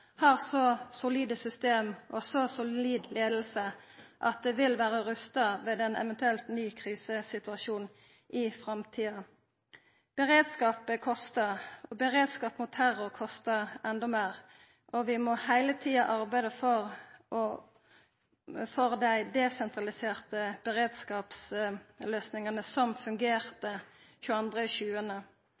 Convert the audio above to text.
så solide system og så solid leiing at det vil vera rusta ved ein eventuell ny krisesituasjon i framtida. Beredskap kostar, og beredskap mot terror kostar enda meir. Vi må heile tida arbeida for dei desentraliserte beredskapsløysingane som fungerte